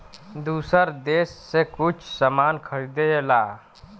दूसर देस से कुछ सामान खरीदेला